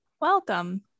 Welcome